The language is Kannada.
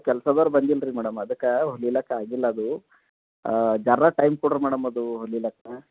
ಕೆಲ್ಸದವ್ರು ಬಂದಿಲ್ರಿ ಮೇಡಮ್ ಅದಕ್ಕೆ ಹೊಲಿಲಿಕ್ಕೆ ಆಗಿಲ್ಲ ಅದು ಝರ ಟೈಮ್ ಕೊಡ್ರಿ ಮೇಡಮ್ ಅದು ಹೊಲಿಲಿಕ್ಕೆ